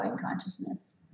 consciousness